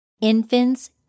Infants